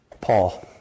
Paul